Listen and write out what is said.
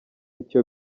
icyo